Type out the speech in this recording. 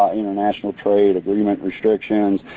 international trade agreement restrictions.